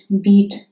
beat